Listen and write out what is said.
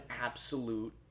absolute